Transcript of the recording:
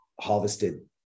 harvested